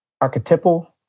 archetypal